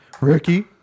Ricky